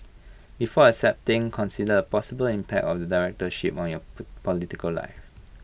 before accepting consider possible impact of the directorship on your political life